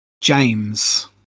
James